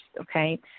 okay